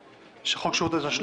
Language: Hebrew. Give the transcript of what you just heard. חוק שירותי תשלום?